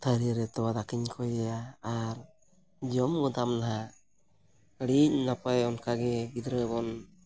ᱛᱷᱟᱹᱨᱤ ᱨᱮ ᱛᱳᱣᱟ ᱫᱟᱠᱟᱧ ᱠᱚᱭᱮᱭᱟ ᱟᱨ ᱡᱚᱢ ᱜᱚᱫᱟᱢ ᱦᱟᱸᱜ ᱟᱹᱰᱤ ᱱᱟᱯᱟᱭ ᱚᱱᱠᱟᱜᱮ ᱜᱤᱫᱽᱨᱟᱹ ᱵᱚᱱ